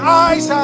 eyes